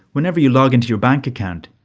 whenever you log into your bank account,